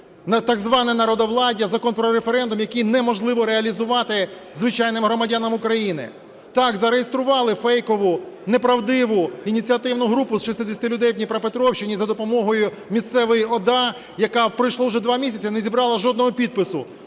таке зване народовладдя, Закон про референдум, який неможливо реалізувати звичайним громадянам України. Так зареєстрували фейкову неправдиву ініціативну групу з 60 людей в Дніпропетровщині за допомогою місцевої ОДА, яка… пройшло вже два місяці – не зібрали жодного підпису.